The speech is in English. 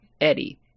Eddie